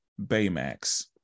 baymax